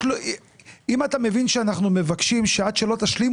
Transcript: אם אתה מבין שאנחנו מבקשים שעד שלא תשלימו